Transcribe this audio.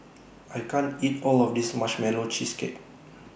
I can't eat All of This Marshmallow Cheesecake